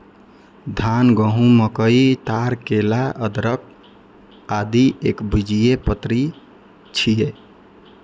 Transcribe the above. धान, गहूम, मकई, ताड़, केला, अदरक, आदि एकबीजपत्री छियै